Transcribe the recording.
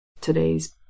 today's